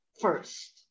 first